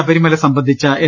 ശബരിമല സംബന്ധിച്ച എൻ